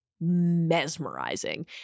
mesmerizing